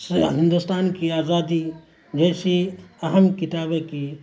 ہندوستان کی آزادی جیسی اہم کتابیں کی